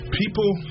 people